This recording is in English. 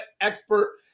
expert